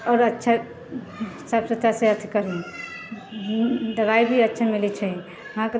आओर अच्छा साफ सुथरा से अथि करैत हइ दवाइ भी अच्छा मिलैत छै अहाँकेँ